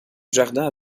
jardin